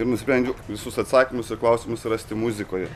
ir nusprendžiau visus atsakymus į klausimus rasti muzikoje